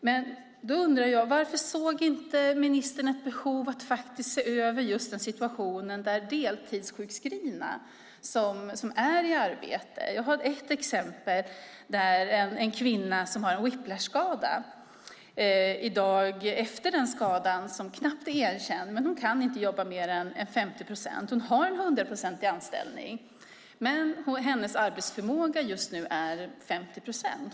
Men då undrar jag: Varför såg inte ministern ett behov av att se över just situationen för deltidssjukskrivna som är i arbete? Jag har ett exempel. En kvinna som har en whiplashskada, som knappt är erkänd, kan inte jobba mer än 50 procent. Hon har en 100-procentig anställning, men hennes arbetsförmåga just nu är 50 procent.